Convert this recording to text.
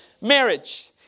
Marriage